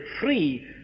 free